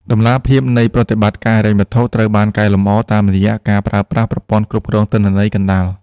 តម្លាភាពនៃប្រតិបត្តិការហិរញ្ញវត្ថុត្រូវបានកែលម្អ តាមរយៈការប្រើប្រាស់ប្រព័ន្ធគ្រប់គ្រងទិន្នន័យកណ្ដាល។